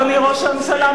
אדוני ראש הממשלה,